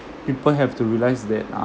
people have to realize that uh